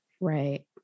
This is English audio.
Right